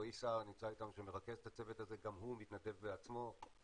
שרועי סהר שמרכז את הצוות הזה וגם הוא מתנדב בעצמו חודשים